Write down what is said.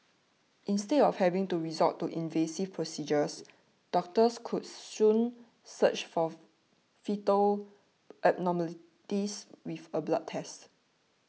instead of having to resort to invasive procedures doctors could soon search for foetal abnormalities with a blood test